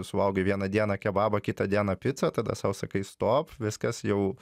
suvalgai vieną dieną kebabą kitą dieną picą tada sau sakai stop viskas jau